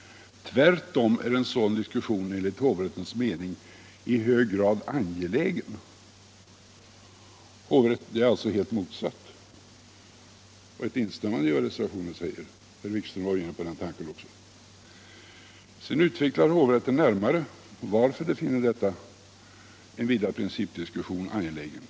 Tvärtom är en sådan diskussion enligt hovrättens mening i hög grad angelägen.” Det är sålunda det rakt motsatta, nämligen ett instämmande i vad som sägs i reservationen. Herr Wikström var tidigare inne på den tanken. Sedan utvecklar hovrätten närmare varför den finner en vidare principdiskussion angelägen.